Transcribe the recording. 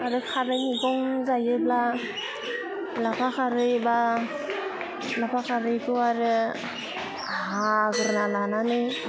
आरो खारै मैगं जायोब्ला लाफा खारै बा लाफा खारैखौ आरो हाग्रोना लानानै